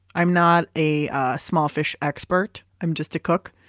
i'm not a small fish expert, i'm just a cook.